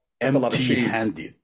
empty-handed